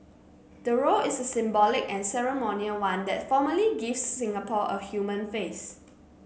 the role is a symbolic and ceremonial one that formally gives Singapore a human face